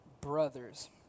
brothers